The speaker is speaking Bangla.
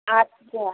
আচ্ছা